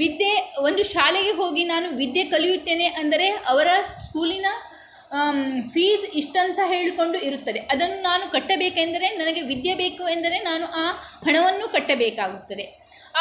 ವಿದ್ಯೆ ಒಂದು ಶಾಲೆಗೆ ಹೋಗಿ ನಾನು ವಿದ್ಯೆ ಕಲಿಯುತ್ತೇನೆ ಅಂದರೆ ಅವರ ಸ್ಕೂಲಿನ ಫೀಸ್ ಇಷ್ಟಂತ ಹೇಳಿಕೊಂಡು ಇರುತ್ತದೆ ಅದನ್ನು ನಾನು ಕಟ್ಟಬೇಕೆಂದರೆ ನನಗೆ ವಿದ್ಯೆ ಬೇಕು ಎಂದರೆ ನಾನು ಆ ಹಣವನ್ನು ಕಟ್ಟಬೇಕಾಗುತ್ತದೆ